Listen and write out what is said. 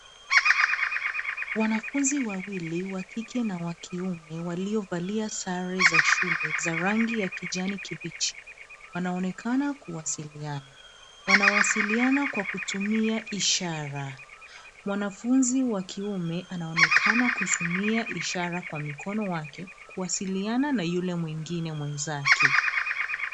Wanafunzi wawili, wa kike na wa kiume waliovalia sare za shule za rangi ya kijani kibichi, wanaonekana kuwasiliana. Wanawasiliana kwa kutumia ishara. Mwanafunzi wa kiume anaonekana kutumia ishara kwa mikono wake kwasiliana na yule mwingine mwenzake.